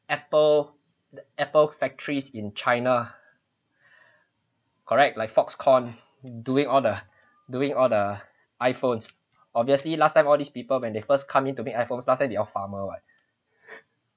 Apple Apple factories in china correct like Foxconn doing all the doing all the iPhones obviously last time all these people when they first come in to make iPhones last time they all farmer [what]